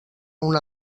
una